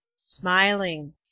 Smiling